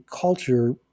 culture